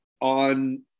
on